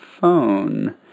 phone